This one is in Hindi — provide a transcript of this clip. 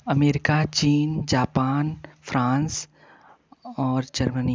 अमेरिका चीन जापान फ्रांस और जर्मनी